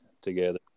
together